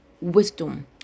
wisdom